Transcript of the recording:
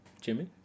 Jimmy